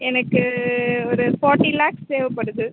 எனக்கு ஒரு ஃபாட்டி லேக்ஸ் தேவைப்படுது